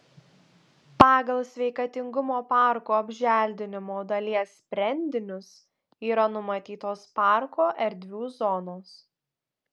pagal sveikatingumo parko apželdinimo dalies sprendinius yra numatytos parko erdvių zonos